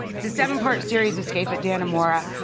it's a seven part series, escape at dannemora.